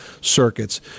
circuits